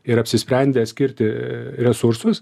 ir apsisprendę skirti resursus